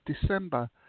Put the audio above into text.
December